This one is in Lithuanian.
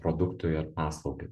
produktui ar paslaugai